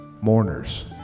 mourners